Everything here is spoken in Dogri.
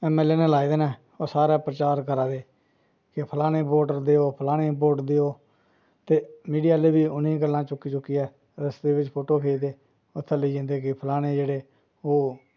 ऐम ऐल ए न लाए दे न ओह् सारै प्रचार करा दे कि फलाने गी वोट देओ फलाने गी वोट देओ ते मीडिया आह्ले बी ओह् जेही गल्लां चुक्की चुक्कियै रस्ते बिच्च फोटो खिचदे उत्थें लेई जंदे कि फलाने जेह्ड़े ओह्